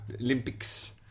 Olympics